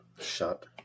shut